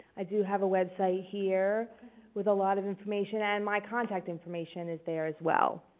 i do have a website here with a lot of information and my contact information is there as well.